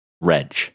Reg